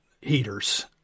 heaters